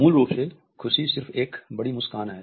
मूल रूप से खुशी सिर्फ एक बड़ी मुस्कान है